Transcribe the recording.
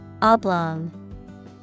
oblong